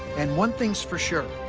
and one thing's for sure,